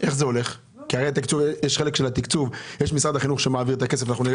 יש את משרד החינוך שמעביר את הכסף ובהמשך נראה